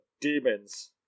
demons